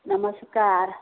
नमस्कार